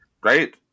Great